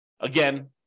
Again